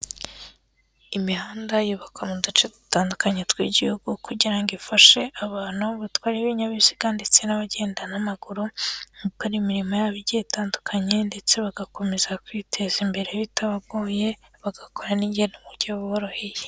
Imihanda yubakwa mu duce dutandukanye tw'igihugu, kugira ngo ifashe abantu batwara ibinyabiziga, ndetse n'abagenda n'amaguru, gukora imirimo yabo igiye itandukanye, ndetse bagakomeza kwiteza imbere bitabagoye, bagakora n'ingendo mu buryo buboroheye.